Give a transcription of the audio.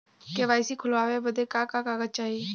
KYC खोलवावे बदे का का कागज चाही?